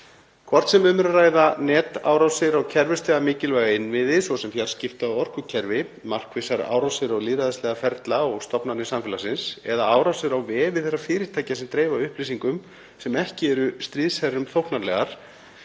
Hvort sem um er að ræða netárásir á kerfislega mikilvæga innviði, svo sem fjarskipta- og orkukerfi, markvissar árásir á lýðræðislega ferla og stofnanir samfélagsins eða árásir á vefi þeirra fyrirtækja sem dreifa upplýsingum sem ekki eru stríðsherrum þóknanlegar